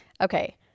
okay